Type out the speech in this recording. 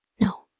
No